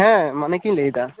ᱦᱮᱸ ᱢᱟᱹᱱᱤᱠ ᱤᱧ ᱞᱟᱹᱭ ᱮᱫᱟ